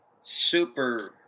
super